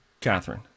Catherine